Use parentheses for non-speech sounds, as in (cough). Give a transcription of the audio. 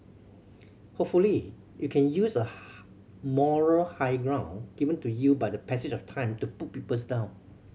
hopefully you can use a (unintelligible) moral high ground given to you by the passage of time to put people's down